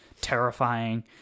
terrifying